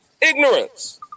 ignorance